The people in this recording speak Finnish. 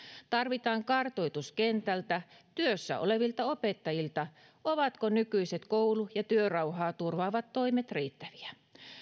tarvitaan kartoitus kentältä työssä olevilta opettajilta siitä ovatko nykyiset koulu ja työrauhaa turvaavat toimet riittäviä